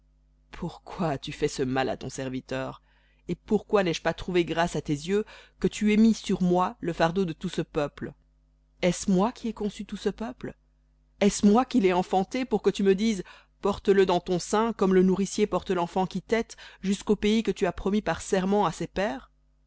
pourquoi as-tu fait ce mal à ton serviteur et pourquoi n'ai-je pas trouvé grâce à tes yeux que tu aies mis sur moi le fardeau de tout ce peuple est-ce moi qui ai conçu tout ce peuple est-ce moi qui l'ai enfanté pour que tu me dises porte le dans ton sein comme le nourricier porte l'enfant qui tète jusqu'au pays que tu as promis par serment à ses pères